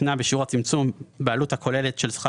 קטנה בשיעור הצמצום בעלות הכוללת של שכר